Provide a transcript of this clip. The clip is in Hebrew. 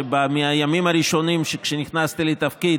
שמהימים הראשונים שנכנסתי לתפקיד